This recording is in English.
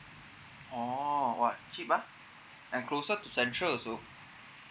oh what cheap ah and closer to central also